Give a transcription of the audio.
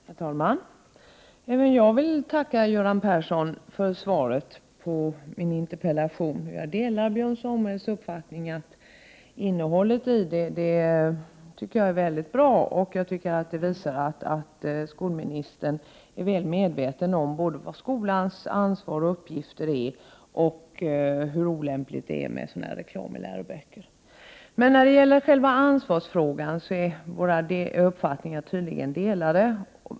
Herr talman! Även jag vill tacka Göran Persson för svaret på min interpellation, och jag delar Björn Samuelsons uppfattning att innehållet i det är bra och att det visar att skolministern är väl medveten både om skolans ansvar och uppgifter och om hur olämpligt det är med reklam i läroböcker. Men när det gäller själva ansvarsfrågan är våra uppfattningar tydligen delade.